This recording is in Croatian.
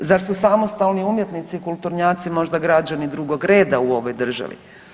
Zar su samostalni umjetnici i kulturnjaci možda građani drugog reda u ovoj državi?